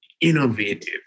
innovative